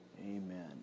Amen